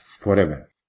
forever